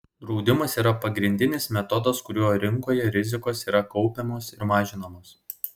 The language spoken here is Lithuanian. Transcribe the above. draudimas yra pagrindinis metodas kuriuo rinkoje rizikos yra kaupiamos ir mažinamos